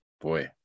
boy